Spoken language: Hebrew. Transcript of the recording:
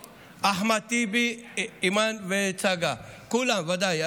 מישרקי, רוט, אחמד טיבי, אימאן וצגה, כולם, ודאי.